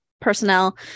personnel